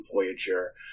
Voyager